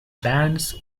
bands